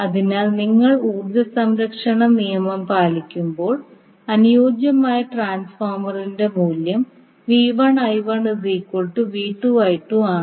അതിനാൽ നിങ്ങൾ ഊർജ്ജ സംരക്ഷണ നിയമം പാലിക്കുമ്പോൾ അനുയോജ്യമായ ട്രാൻസ്ഫോർമറിന്റെ മൂല്യം ആണ്